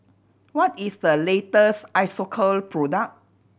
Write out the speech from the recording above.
what is the latest Isocal product